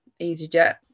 EasyJet